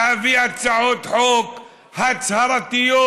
להביא הצעות חוק הצהרתיות,